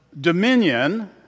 dominion